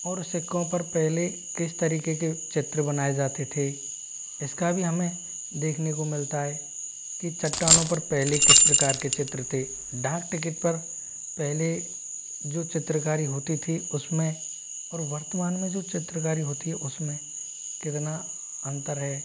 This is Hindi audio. और उन सिक्कों पर पहले किस तरीक़े के चित्र बनाए जाते थे इस का भी हमें देखने को मिलता है कि चट्टानों पर पहले किस प्रकार के चित्र थे डाक टिकिट पर पहले जो चित्रकारी होती थी उस में और वर्तमान में जो चित्रकारी होती है उस में कितना अंतर है